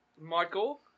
Michael